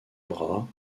bras